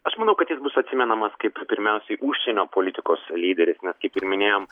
aš manau kad jis bus atsimenamas kaip pirmiausiai užsienio politikos lyderis nes kaip ir minėjom